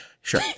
Sure